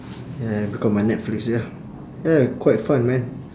ya because my netflix ya ya quite fun man